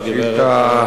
יש לה היום